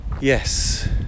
yes